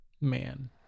man